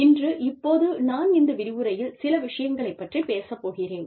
இன்று இப்போது நான் இந்த விரிவுரையில் சில விஷயங்களைப் பற்றிப் பேசப் போகிறேன்